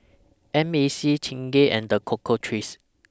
M A C Chingay and The Cocoa Trees